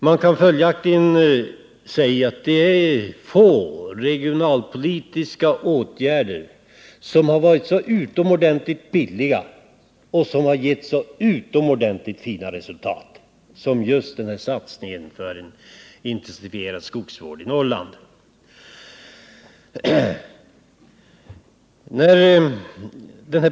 Man kan följaktligen säga att det är få regionalpolitiska åtgärder som har varit så utomordentligt billiga och som har gett så utomordentligt fina resultat som just denna satsning på intensifierad skogsvård i Norrland.